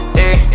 ayy